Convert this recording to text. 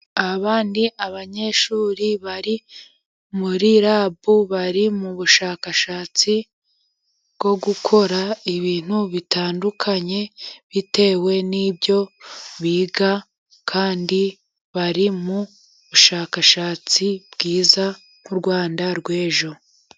Aba ni abanyeshuri bari muri rabu, bari mu bushakashatsi bwo gukora ibintu bitandukanye, bitewe n'ibyo biga, kandi bari mu bushakashatsi bwiza nk'u Rwanda rw'ejo.